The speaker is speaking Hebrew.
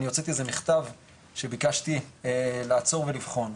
אני הוצאתי איזה מכתב שביקשתי לעצור ולבחון,